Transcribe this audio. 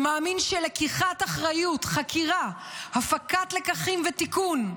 ומאמין בלקיחת אחריות, חקירה, הפקת לקחים ותיקון.